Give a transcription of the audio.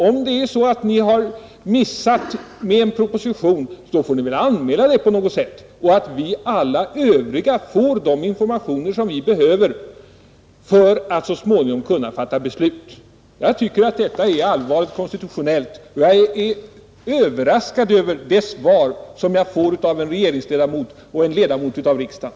Om ni har missat med en proposition, då får ni väl anmäla det på något sätt så att alla vi övriga får de informationer som vi behöver för att så småningom kunna fatta beslut. Jag tycker att detta är konstitutionellt allvarligt, och jag är överraskad över det svar som jag får av en regeringsmedlem och ledamot av riksdagen.